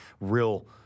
real